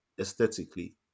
aesthetically